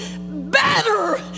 better